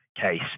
case